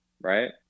right